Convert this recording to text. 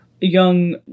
young